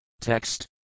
text